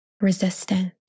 resistant